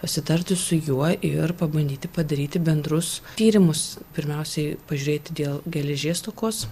pasitarti su juo ir pabandyti padaryti bendrus tyrimus pirmiausiai pažiūrėti dėl geležies stokos